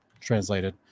translated